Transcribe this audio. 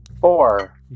Four